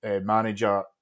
manager